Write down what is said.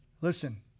Listen